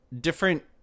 different